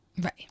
Right